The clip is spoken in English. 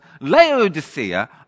Laodicea